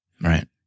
Right